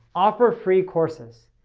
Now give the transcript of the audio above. offer free courses.